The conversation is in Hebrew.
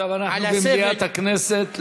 עכשיו אנחנו במליאת הכנסת,